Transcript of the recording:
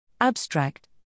Abstract